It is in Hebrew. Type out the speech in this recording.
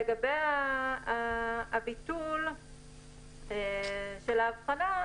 לגבי הביטול של האבחנה,